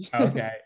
okay